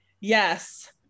Yes